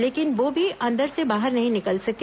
लेकिन वो भी अंदर से बाहर नहीं निकल सकी